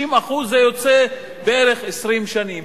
60% זה יוצא בערך 20 שנים.